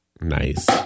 nice